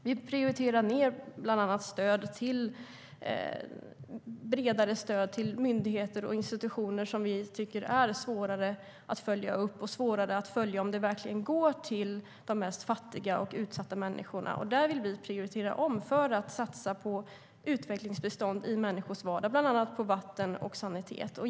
Vi prioriterar ned bland annat ett bredare stöd till myndigheter och institutioner som vi tycker är svåra att följa upp och där det är svårt att se om pengarna verkligen går till de mest fattiga och utsatta människorna. Där vill vi göra en omprioritering för att satsa på utvecklingsbistånd i människors vardag i form av bland annat vatten och sanitet.